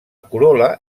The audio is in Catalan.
corol·la